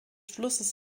flusses